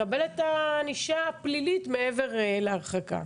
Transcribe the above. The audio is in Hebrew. שיקבל את הענישה הפלילית מעבר להרחקה.